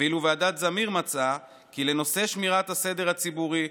ואילו ועדת זמיר מצאה כי "לנושא שמירת הסדר הציבורי,